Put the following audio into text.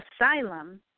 asylum